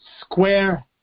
square